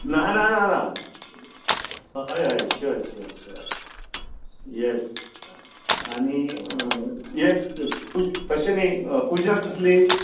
ना ना ना हय हय हय शुवर शुवर शुवर येस आनी हें तशें न्हय पुजा कसली